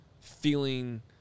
feeling